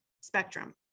spectrum